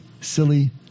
silly